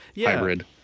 hybrid